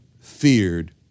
feared